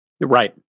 Right